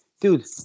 dude